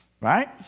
right